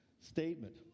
statement